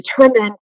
determined